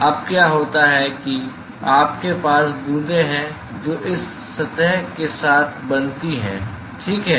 तो अब क्या होता है कि आपके पास बूँदें हैं जो इस सतह के साथ बनती हैं ठीक है